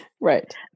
Right